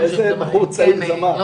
מפורסם מאוד,